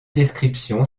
description